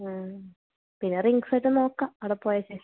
ആ പിന്നെ റിങ്ങ്സ് ഇതു നോക്കാം അവിടെ പോയ ശേഷം